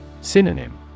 Synonym